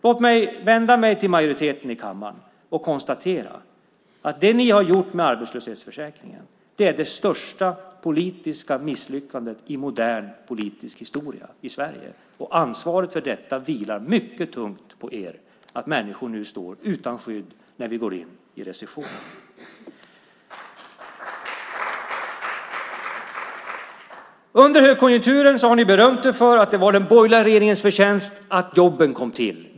Låt mig vända mig till majoriteten i kammaren och konstatera att det ni har gjort med arbetslöshetsförsäkringen är det största politiska misslyckandet i modern politisk historia i Sverige. Ansvaret för att människor står utan skydd när vi går in i en recession vilar mycket tungt på er. Under högkonjunkturen har ni berömt er för att det var den borgerliga regeringens förtjänst att jobben kom till.